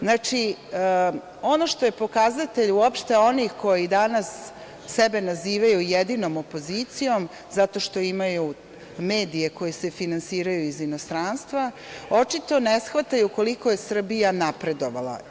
Znači, ono što je pokazatelj onih koji danas sebe nazivaju jedinom opozicijom zato što imaju medije koji se finansiraju iz inostranstva, očito ne shvataju koliko je Srbija napredovala.